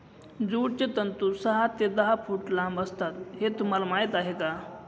ज्यूटचे तंतू सहा ते दहा फूट लांब असतात हे तुम्हाला माहीत आहे का